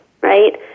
Right